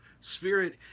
spirit